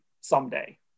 someday